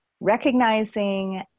recognizing